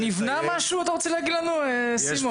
נבנה משהו, אתה רוצה להגיד לנו, סימון?